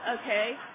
Okay